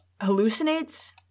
hallucinates